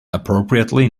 appropriately